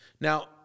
Now